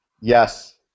Yes